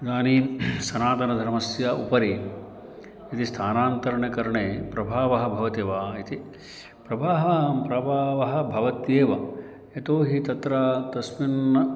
इदानीं सनातनधर्मस्य उपरि यदि स्थानान्तरणकरणे प्रभावः भवति वा इति प्रभावः प्रभावः भवत्येव यतोहि तत्र तस्मिन्